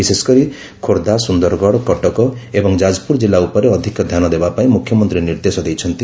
ବିଶେଷକରି ଖୋର୍ଭ୍ଧା ସୁଦରଗଡ଼ କଟକ ଏବଂ ଯାଜପୁର ଜିଲ୍ଲା ଉପରେ ଅଧିକ ଧ୍ଧାନ ଦେବାପାଇଁ ମୁଖ୍ୟମନ୍ତୀ ନିର୍ଦ୍ଦେଶ ଦେଇଛନ୍ତି